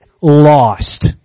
lost